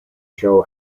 show